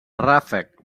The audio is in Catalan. ràfec